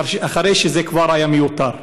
אחרי שזה כבר היה מיותר.